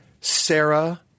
Sarah